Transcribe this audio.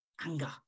anger